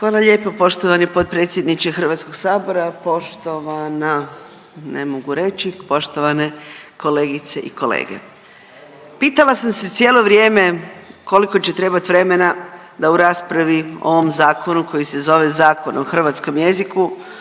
Hvala lijepo poštovani potpredsjedniče HS-a, poštovana, ne mogu reći, poštovane kolegice i kolege. Pitala sam se cijelo vrijeme koliko će trebati vremena da u raspravi o ovom Zakonu, koji se zove Zakon o hrvatskom jeziku